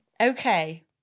okay